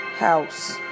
house